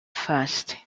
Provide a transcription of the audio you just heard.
first